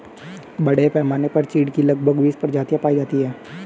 बड़े पैमाने पर चीढ की लगभग बीस प्रजातियां पाई जाती है